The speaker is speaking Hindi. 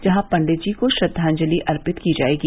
जहां पण्डित जी को श्रद्वाजंति अर्पित की जायेगी